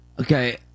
Okay